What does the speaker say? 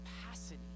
capacity